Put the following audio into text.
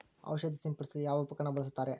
ಔಷಧಿ ಸಿಂಪಡಿಸಲು ಯಾವ ಉಪಕರಣ ಬಳಸುತ್ತಾರೆ?